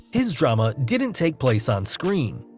his drama didn't take place on-screen.